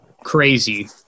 crazy